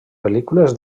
pel·lícules